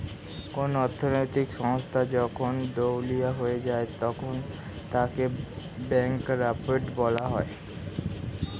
কোন অর্থনৈতিক সংস্থা যখন দেউলিয়া হয়ে যায় তখন তাকে ব্যাঙ্করাপ্ট বলা হয়